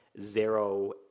zero